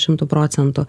šimtu procentų